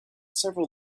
several